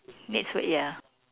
needs food ya